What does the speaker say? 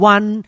One